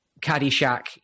Caddyshack